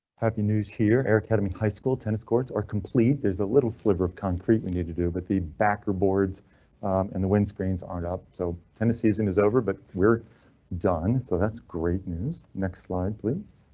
happy news here. air academy high school tennis courts are complete. there's a little sliver of concrete we need to do, but the backer boards and the windscreens aren't up so and the season is over but we're done. so that's great news. next slide please.